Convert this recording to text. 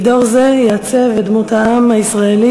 כי דור זה יעצב את דמות העם הישראלי,